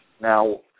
now